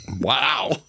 Wow